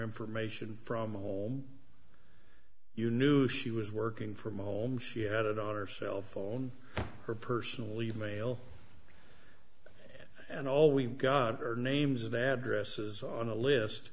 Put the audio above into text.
information from a whole you knew she was working from home she had it on her cell phone her personal e mail and all we got are names of addresses on a list